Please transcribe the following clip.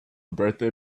birthday